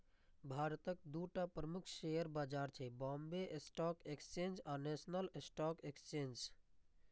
भारतक दूटा प्रमुख शेयर बाजार छै, बांबे स्टॉक एक्सचेंज आ नेशनल स्टॉक एक्सचेंज